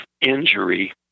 injury